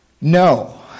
No